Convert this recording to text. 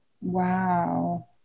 Wow